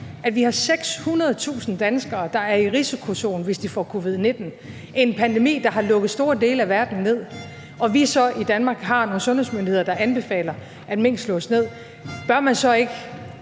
vi har 600.000 danskere, der er i risikozonen, hvis de får covid-19; en pandemi, der har lukket store dele af verden ned – og vi så i Danmark har nogle sundhedsmyndigheder, der anbefaler, at mink slås ned, at man så i